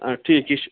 آ ٹھیٖک یہِ چھِ